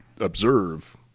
observe